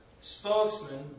spokesman